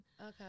Okay